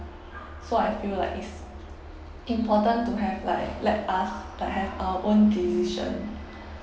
so I feel like it's important to have like let us like have our own decision